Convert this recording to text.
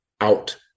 out